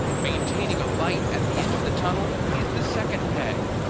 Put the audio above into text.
maintaining a light at the end of the tunnel is the second peg.